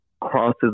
crosses